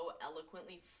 eloquently